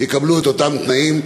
יקבלו אותם תנאים.